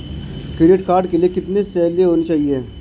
Credit card के लिए कितनी सैलरी होनी चाहिए?